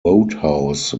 wodehouse